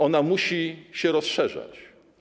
Ona musi się rozszerzać.